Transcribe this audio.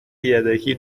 یدکی